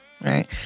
right